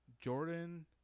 Jordan